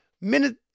minute